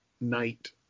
night